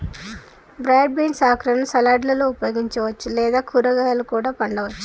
broad beans ఆకులను సలాడ్లలో ఉపయోగించవచ్చు లేదా కూరగాయాలా కూడా వండవచ్చు